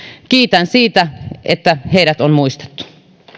kiitän siitä että heidät on muistettu